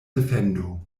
defendo